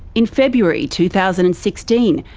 in february two thousand and sixteen,